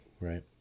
right